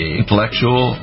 intellectual